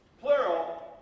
plural